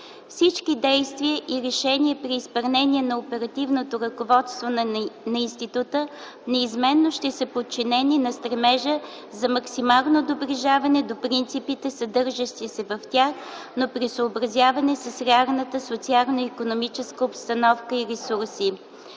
Всички действия и решения при изпълнение на оперативното ръководство на института неизменно ще са подчинени на стремежа за максимално доближаване до принципите, съдържащи се в тях, но при съобразяване с реалната социална и икономическа обстановка и ресурси.